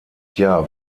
jahr